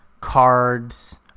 cards